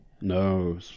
No